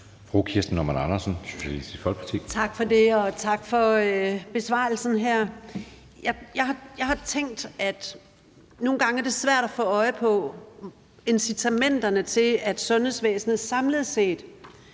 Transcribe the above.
Kirsten Normann Andersen (SF): Tak for det, og tak for besvarelsen her. Jeg har tænkt, at det nogle gange er svært at få øje på incitamenterne til, at sundhedsvæsenet i